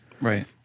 Right